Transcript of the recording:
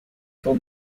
pour